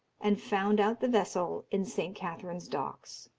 and found out the vessel in st. katherine's docks.